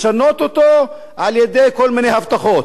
לשנות אותו על-ידי כל מיני הבטחות,